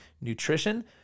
nutrition